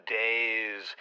days